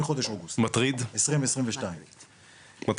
מחודש אוגוסט 2022. מטריד,